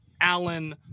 Allen